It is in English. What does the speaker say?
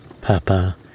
Papa